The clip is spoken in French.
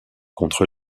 contre